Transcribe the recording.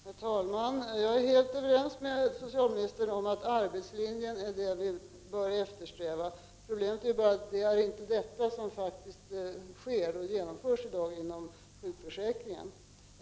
Herr talman! Jag är överens med socialministern om att arbetslinjen är något vi bör eftersträva. Problemet är bara att detta inte är vad som genomförs inom sjukförsäkringen i dag.